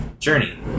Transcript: Journey